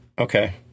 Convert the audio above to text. Okay